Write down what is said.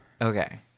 Okay